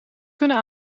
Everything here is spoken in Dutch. kunnen